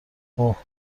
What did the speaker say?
اوه